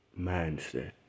mindset